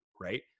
right